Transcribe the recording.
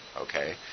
okay